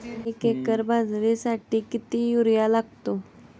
एक एकर बाजरीसाठी किती युरिया लागतो?